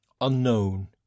unknown